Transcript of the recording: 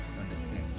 Understand